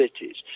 cities